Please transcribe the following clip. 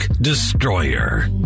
Destroyer